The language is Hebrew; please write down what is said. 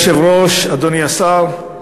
אדוני היושב-ראש, אדוני השר,